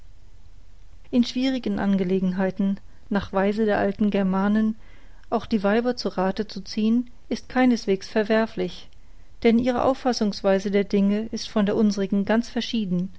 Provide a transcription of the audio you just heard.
in schwierigen angelegenheiten nach weise der alten germanen auch die weiber zu rathe zu ziehn ist keineswegs verwerflich denn ihre auffassungsweise der dinge ist von der unsrigen ganz verschieden